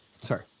Sorry